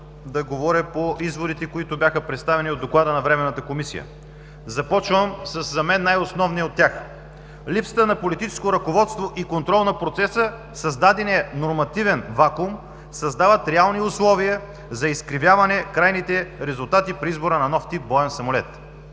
да говоря по изводите, които бяха представени в Доклада на Временната комисия. Започвам с най-основния за мен от тях. „Липсата на политическо ръководство и контрол на процеса и създаденият нормативен вакуум създават реални условия за изкривяване крайните резултати при избора на нов тип боен самолет.